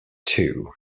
two